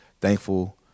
thankful